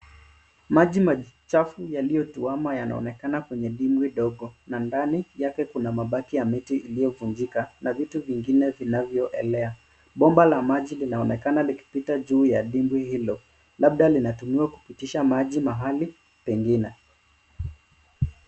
Maji machafu yaliyotuama yanaonekana kwenye dimbwi dogo, na ndani yake kuna mabaki ya mabati iliyovunjika na vitu vingine vinavyoelea. Bomba la maji linaonekana likipita juu ya dimbwi hilo, labda linatumiwa kupitisha maji mahali pengine.